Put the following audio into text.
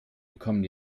bekommen